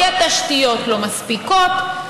כי התשתיות לא מספיקות.